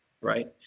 Right